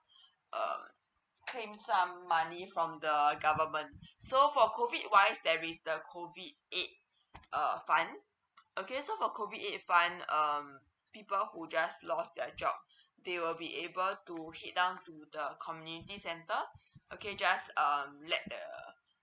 um clean some money from the government so for COVID wise there is the COVID aids err funds okay so for COVID aid fund um people who just lost their job they will be able to hit down to the community center okay just um let the